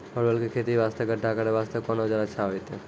परवल के खेती वास्ते गड्ढा करे वास्ते कोंन औजार अच्छा होइतै?